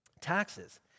taxes